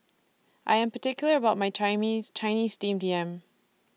I Am particular about My chimes Chinese Steamed Yam